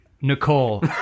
Nicole